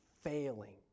failing